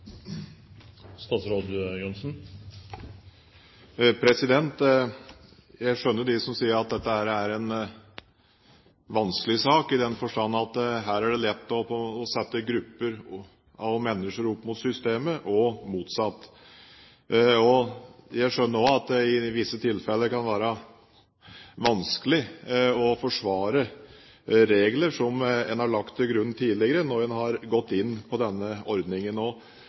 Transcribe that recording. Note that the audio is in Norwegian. en vanskelig sak, i den forstand at her er det lett å sette grupper av mennesker opp mot systemet, og motsatt. Jeg skjønner også at det i visse tilfeller kan være vanskelig å forsvare regler som en har lagt til grunn tidligere når en har gått inn på denne ordningen.